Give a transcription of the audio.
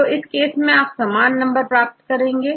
तो इस केस में आप समान नंबर प्राप्त करेंगे